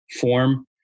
form